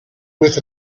with